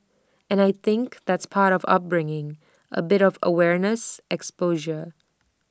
and I think that's part of upbringing A bit of awareness exposure